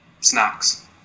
snacks